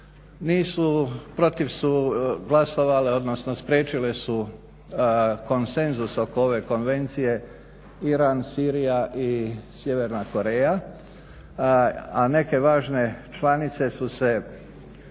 Nisu, protiv su glasovale, odnosno spriječile su konsenzus oko ove konvencije. Iran, Sirija i Sjeverna Koreja, a neke važne članice su se